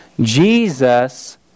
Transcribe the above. Jesus